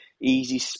easy